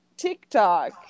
TikTok